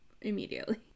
immediately